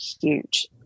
huge